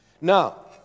Now